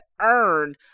earned